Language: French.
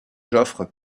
joffre